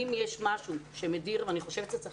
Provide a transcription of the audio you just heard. אם יש משהו שמדיר שינה ואני חושבת שצריך